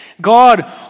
God